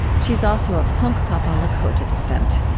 she's also of hunkpapa lakota descent.